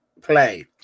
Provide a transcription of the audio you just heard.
play